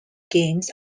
games